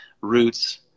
Roots